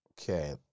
Okay